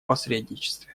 посредничестве